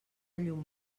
llum